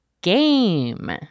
GAME